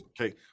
okay